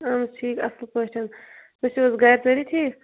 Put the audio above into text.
اہن حظ ٹھیٖک اَصٕل پٲٹھۍ حظ تُہۍ چھُو حظ گَرِ سٲری ٹھیٖک